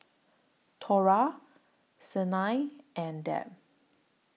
Thora Siena and Deb